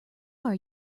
are